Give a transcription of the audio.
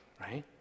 right